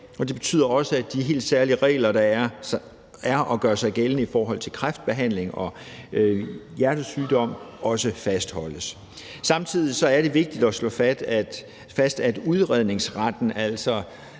Det betyder også, at de helt særlige regler, der er, og som gør sig gældende i forhold til kræftbehandling og hjertesygdom, også fastholdes. Samtidig er det vigtigt at slå fast, at udredningsretten,